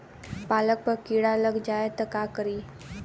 पालक पर कीड़ा लग जाए त का करी?